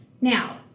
now